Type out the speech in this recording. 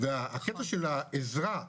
והקטע של העזרה,